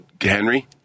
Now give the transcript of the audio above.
Henry